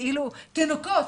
תינוקות,